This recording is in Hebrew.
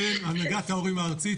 הנהגת ההורים הארצית.